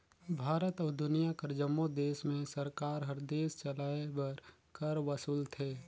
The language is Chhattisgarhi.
भारत अउ दुनियां कर जम्मो देस में सरकार हर देस चलाए बर कर वसूलथे